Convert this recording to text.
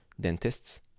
dentists